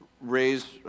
raise